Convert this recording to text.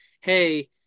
hey